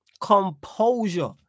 Composure